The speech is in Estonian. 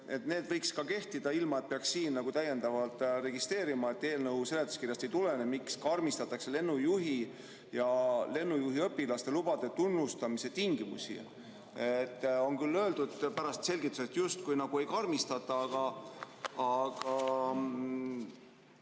load võiks ka kehtida ilma, et peaks täiendavalt registreerima, ning eelnõu seletuskirjast ei tulene, miks karmistatakse lennujuhi ja lennujuhiõpilase lubade tunnustamise tingimusi. On küll öeldud pärast selgituses, et justkui nagu ei karmistata, aga